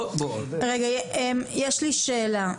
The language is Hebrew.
יש לי שאלה,